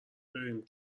بریم